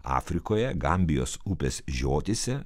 afrikoje gambijos upės žiotyse